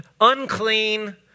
unclean